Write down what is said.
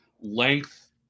length